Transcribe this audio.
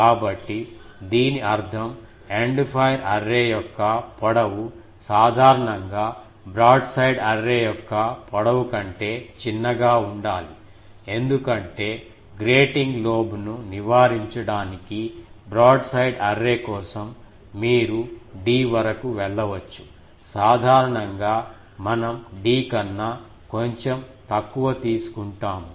కాబట్టి దీని అర్థం ఎండ్ ఫైర్ అర్రే యొక్క పొడవు సాధారణంగా బ్రాడ్సైడ్ అర్రే యొక్క పొడవు కంటే చిన్నగా ఉండాలి ఎందుకంటే గ్రేటింగ్ లోబ్ను నివారించడానికి బ్రాడ్సైడ్ అర్రే కోసం మీరు d వరకు వెళ్ళవచ్చు సాధారణంగా మనం d కన్నా కొంచెం తక్కువ తీసుకుంటాము